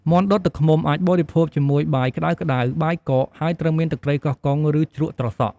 មាន់ដុតទឹកឃ្មុំអាចបរិភោគជាមួយបាយក្តៅៗ បាយកក ហើយត្រូវមានទឹកត្រីកោះកុង ឬជ្រក់ត្រសក់។